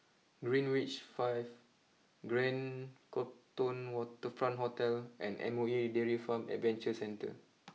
Greenwich five Grand Copthorne Waterfront Hotel and M O E Dairy Farm Adventure Centre